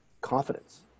confidence